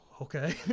okay